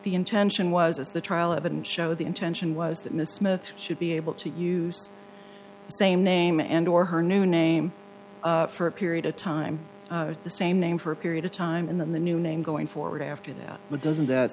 the intention was as the trial of and show the intention was that miss smith should be able to use the same name and or her new name for a period of time the same name for a period of time and then the new name going forward after that but doesn't that